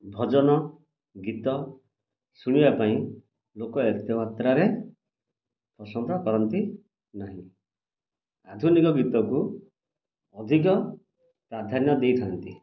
ଭଜନ ଗୀତ ଶୁଣିବା ପାଇଁ ଲୋକ ଏତେ ମାତ୍ରାରେ ପସନ୍ଦ କରନ୍ତି ନାହିଁ ଆଧୁନିକ ଗୀତକୁ ଅଧିକ ପ୍ରାଧାନ୍ୟ ଦେଇଥାନ୍ତି